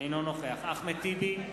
אינו נוכח אחמד טיבי,